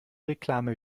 reklame